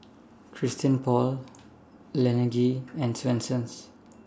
Christian Paul Laneige and Swensens